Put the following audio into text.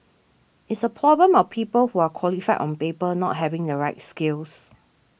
it's a problem of people who are qualified on paper not having the right skills